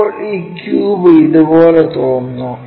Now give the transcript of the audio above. അപ്പോൾ ഈ ക്യൂബ് ഇതുപോലെ തോന്നുന്നു